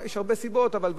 אבל ודאי הסיבה,